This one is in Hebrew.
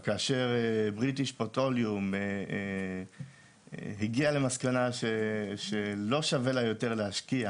כאשר British petroleum הגיעה למסקנה שלא שווה לה יותר להשקיע